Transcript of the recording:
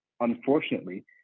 Unfortunately